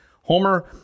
Homer